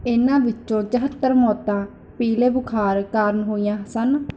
ਇਨ੍ਹਾਂ ਵਿੱਚੋਂ ਚੌਹੱਤਰ ਮੌਤਾਂ ਪੀਲੇ ਬੁਖਾਰ ਕਾਰਨ ਹੋਈਆਂ ਸਨ